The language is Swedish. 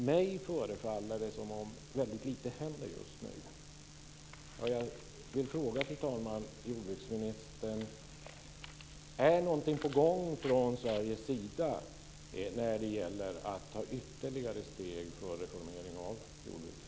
Det förefaller mig som om lite händer just nu. Är någonting på gång från Sveriges sida när det gäller att ta ytterligare steg för reformering av jordbruket?